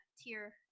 tier